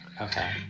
okay